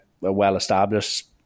well-established